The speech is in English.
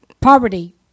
poverty